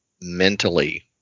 mentally